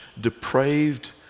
depraved